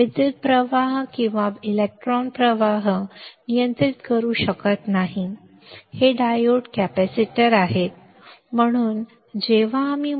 विद्युत् प्रवाह आणि किंवा इलेक्ट्रॉनचा प्रवाह नियंत्रित करू शकत नाही आणि हे डायोड कॅपेसिटर बरोबर आहेत